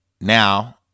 now